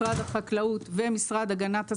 משרד החקלאות ומשרד הגנת הסביבה,